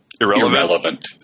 irrelevant